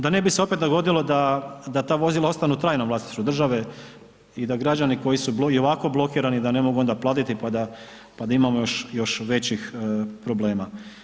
Da ne bi se opet dogodilo da ta vozila ostanu u trajnom vlasništvu države i da građani koji su i ovako blokirani da ne mogu onda platiti pa da imamo još većih problema.